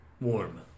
warm